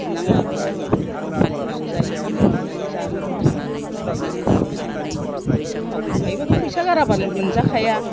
बिनांलाबो रावनावबो गोसो जायोबानो लायनानै जानो लुबैबानो लायनानै जानो हायो जों टाउन आव थायोबाथ' फैसा गाराबा मोनजाखाया